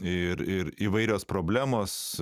ir ir įvairios problemos